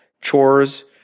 chores